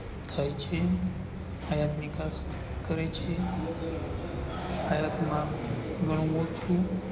થાય છે આયાત નિકાસ કરે છે આયાતમાં ઘણું ઓછું